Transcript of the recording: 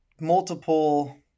multiple